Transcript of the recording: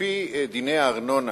על-פי דיני הארנונה,